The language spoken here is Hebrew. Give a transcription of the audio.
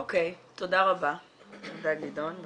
תודה רבה גדעון.